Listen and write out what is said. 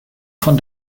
von